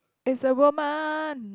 is a woman